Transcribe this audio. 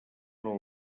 però